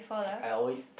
I always